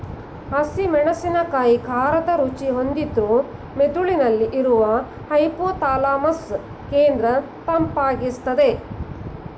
ಹಸಿ ಮೆಣಸಿನಕಾಯಿ ಖಾರದ ರುಚಿ ಹೊಂದಿದ್ರೂ ಮೆದುಳಿನಲ್ಲಿ ಇರುವ ಹೈಪೋಥಾಲಮಸ್ ಕೇಂದ್ರ ತಂಪಾಗಿರ್ಸ್ತದೆ